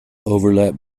overlap